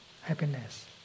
happiness